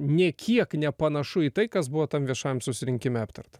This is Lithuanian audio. nė kiek nepanašu į tai kas buvo tam viešam susirinkime aptarta